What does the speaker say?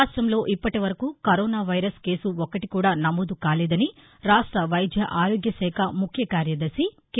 రాష్ట్లంలో ఇప్పటి వరకు corona virus case ఒక్కటి కూడా నమోదు కాలేదని రాష్ట వైద్య ఆరోగ్య శాఖ ముఖ్య కార్యదర్శి కె